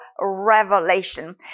revelation